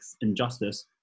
injustice